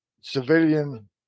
civilian